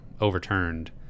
overturned